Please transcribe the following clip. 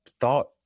thought